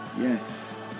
Yes